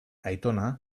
aitona